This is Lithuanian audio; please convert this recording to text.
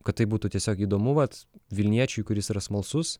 kad tai būtų tiesiog įdomu vat vilniečiui kuris yra smalsus